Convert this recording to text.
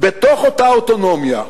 בתוך אותה אוטונומיה,